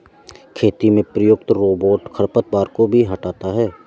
खेती में प्रयुक्त रोबोट खरपतवार को भी हँटाता है